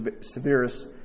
Severus